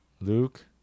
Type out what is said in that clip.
Luke